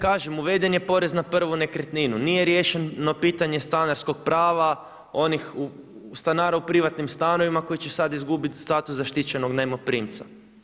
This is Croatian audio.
Kažem, uveden je porez na prvu nekretninu, nije riješeno pitanje stanarskog prava onih stanara u privatnim stanovima koji će sada izgubiti status zaštićenog najmoprimca.